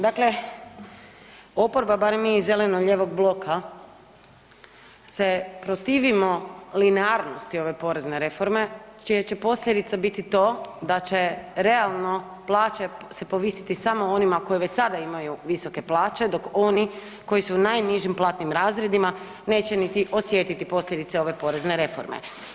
Dakle oporba barem mi iz zeleno-lijevog bloka se protivimo linearnosti ove porezne reforme čije će posljedice biti to da će realno plaće se povisiti samo onima koji već sada imaju visoke plaće, dok oni koji su u najnižim platnim razredima neće niti osjetiti posljedice ove porezne reforme.